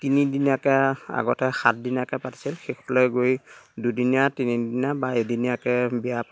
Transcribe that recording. তিনিদিনীয়াকে আগতে সাতদিনীয়াকে পাতিছিল শেষলৈ গৈ দুদিনীয়া তিনিদিনীয়া বা এদিনীয়াকে বিয়া পাতে